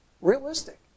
realistic